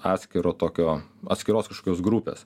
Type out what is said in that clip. atskiro tokio atskiros kažkokios grupės